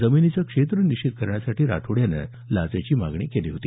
जमिनीचं क्षेत्र निश्चित करण्यासाठी राठोड यानं ही लाचेची मागितली केली होती